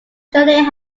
generally